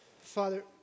Father